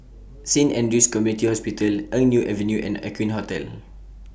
Saint Andrew's Community Hospital Eng Neo Avenue and Aqueen Hotel